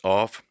off